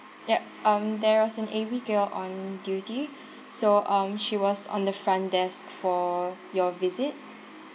yup um there was an abigail on duty so um she was on the front desk for your visit